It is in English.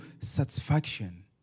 satisfaction